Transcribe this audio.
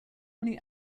many